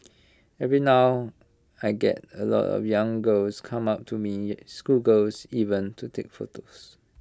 even now I get A lot of young girls come up to me schoolgirls even to take photos